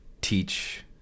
teach